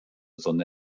sonne